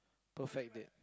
perfect date